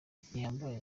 gihambaye